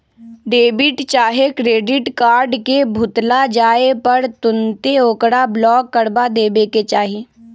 debit चाहे credit card के भुतला जाय पर तुन्ते ओकरा ब्लॉक करबा देबेके चाहि